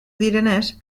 direnez